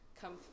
come